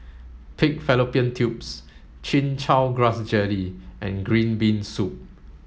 pig fallopian tubes chin chow grass jelly and green bean soup